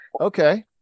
Okay